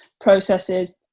processes